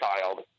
child